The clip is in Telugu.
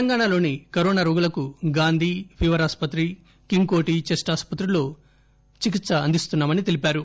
తెలంగాణలోని కరోనా రోగులకు గాంధీ ఫీవర్ ఆసుపత్రి కింగ్కోఠి చెస్ట్ ఆసుపత్రుల్లో చికిత్ప అందిస్తున్సట్టు వివరించారు